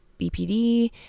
BPD